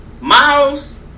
Miles